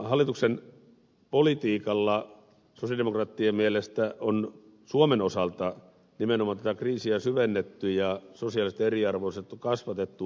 hallituksen politiikalla sosialidemokraattien mielestä on suomen osalta nimenomaan tätä kriisiä syvennetty ja sosiaalista eriarvoisuutta kasvatettu